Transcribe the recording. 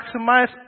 maximize